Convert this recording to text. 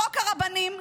חוק הרבנים,